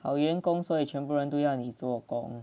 好员工所以全部人都要你做工